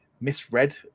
misread